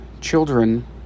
children